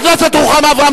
חברת הכנסת רוחמה אברהם,